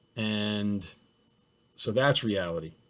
and so that's reality.